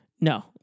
No